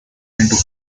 into